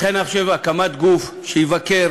לכן אני חושב שהקמת גוף שיבקר,